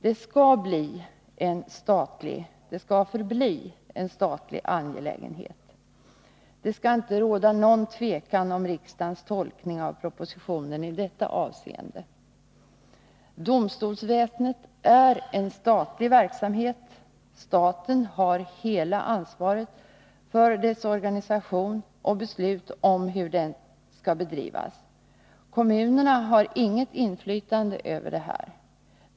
Det skall förbli en statlig angelägenhet. Det skall inte råda något tvivel om riksdagens tolkning av propositionen i detta avseende. Domstolsväsendet är en statlig verksamhet. Staten har hela ansvaret för dess organisation och beslut om hur det skall bedrivas. Kommunerna har inget inflytande över detta.